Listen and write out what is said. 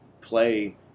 play